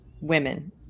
women